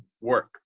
work